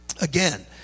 again